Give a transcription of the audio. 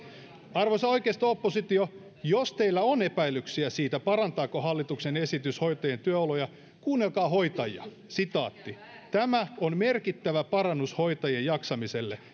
arvoisa oikeisto oppositio jos teillä on epäilyksiä siitä parantaako hallituksen esitys hoitajien työoloja kuunnelkaa hoitajia tämä on merkittävä parannus hoitajien jaksamiselle